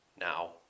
now